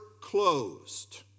closed